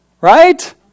right